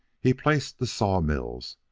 he placed the sawmills,